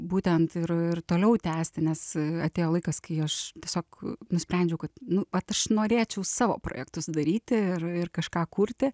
būtent ir ir toliau tęsti nes atėjo laikas kai aš tiesiog nusprendžiau kad nu vat aš norėčiau savo projektus daryti ir ir kažką kurti